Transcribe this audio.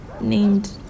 named